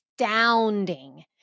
Astounding